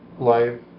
Life